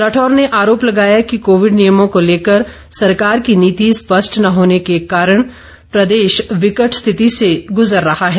राठौर ने आरोप लगाया कि कोविड नियमों को लेकर सरकार की नीति स्पष्ट न होने के कारण प्रदेश विकट स्थिति से गुजर रहा है